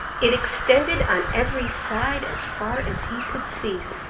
it extended on every side as far as he could see.